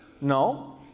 No